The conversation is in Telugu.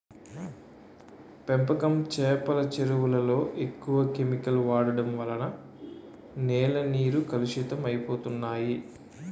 పెంపకం చేపల చెరువులలో ఎక్కువ కెమికల్ వాడడం వలన నేల నీరు కలుషితం అయిపోతన్నాయి